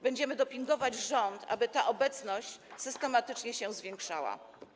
Będziemy dopingować rząd, aby ta obecność systematycznie się zwiększała.